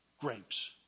grapes